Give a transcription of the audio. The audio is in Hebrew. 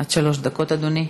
עד שלוש דקות, אדוני.